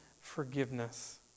forgiveness